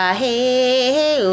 hey